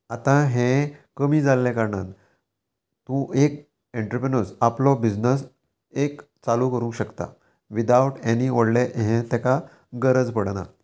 आतां हें कमी जाल्ले कारणान तूं एक एन्ट्रप्रनर्स आपलो बिजनस एक चालू करूंक शकता विदाउट एनी व्हडले हें तेका गरज पडना